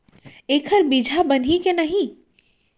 एखर बीजहा बनही के नहीं?